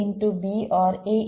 B OR A